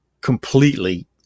completely